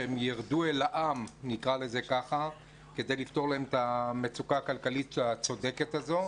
שירדו אל העם כדי לפתור להם את המצוקה הכלכלית הצודקת הזאת?